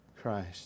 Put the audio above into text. Christ